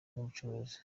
n’ubucuruzi